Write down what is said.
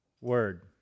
Word